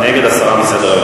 נגד זה הסרה מסדר-היום.